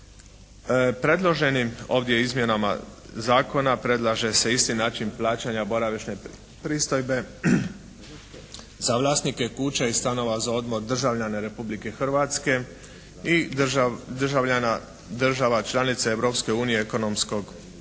Predloženim ovdje izmjenama zakona predlaže se isti način plaćanja boravišne pristojbe za vlasnike kuća i stanova za odmor državljana Republike Hrvatske i državljana država članica Europske unije